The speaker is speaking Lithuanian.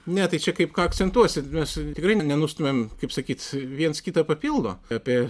ne tai čia kaip ką akcentuosit mes tikrai nenustumiam kaip sakyt viens kitą papildo apie